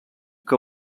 que